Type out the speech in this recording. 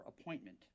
appointment